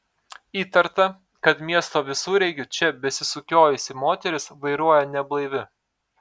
įtarta kad miesto visureigiu čia besisukiojusi moteris vairuoja neblaivi